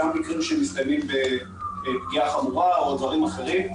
גם מקרים שמסתיימים בפגיעה חמורה או דברים אחרים.